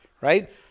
right